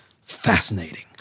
Fascinating